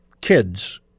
kids